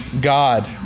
God